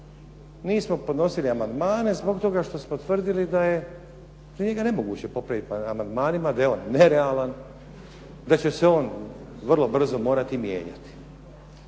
nismo podnosili amandmane zbog toga što smo tvrdili da je njega nemoguće popraviti amandmanima, da je on nerealan, da će se on vrlo brzo morati mijenjati.